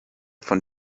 von